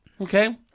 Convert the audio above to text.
Okay